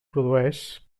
produeix